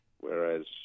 Whereas